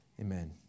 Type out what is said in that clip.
amen